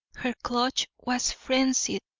her clutch was frenzied,